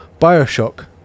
bioshock